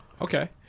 Okay